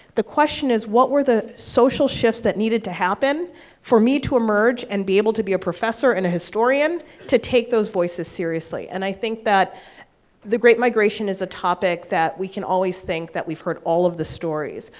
the question is, what were the social shifts that needed to happen for me to emerge and be able to be a professor and a historian to take those voices seriously. and i think that the great migration is a topic that we can always think that we've heard all of the stories.